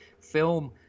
Film